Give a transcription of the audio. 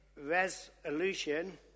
resolution